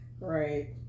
Right